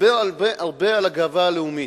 ודיבר הרבה הרבה על הגאווה הלאומית: